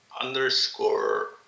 underscore